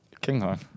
Kinghorn